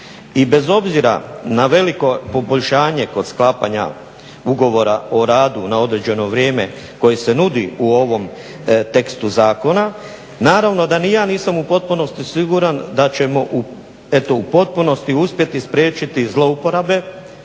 i bez obzira na veliko poboljšanje kod sklapanja ugovora o radu na određeno vrijeme koji se nudi u ovom tekstu zakona, naravno da ni ja nisam u potpunosti siguran da ćemo u potpunosti uspjeti spriječiti zlouporabe